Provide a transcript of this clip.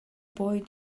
boy